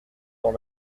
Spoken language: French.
dans